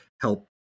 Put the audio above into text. help